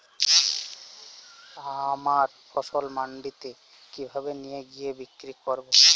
আমার ফসল মান্ডিতে কিভাবে নিয়ে গিয়ে বিক্রি করব?